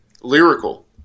Lyrical